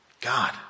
God